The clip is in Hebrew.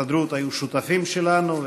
ההסתדרות היו שותפים שלנו,